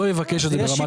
לא יבקש אותה ברמת המעטפת.